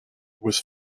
was